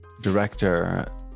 director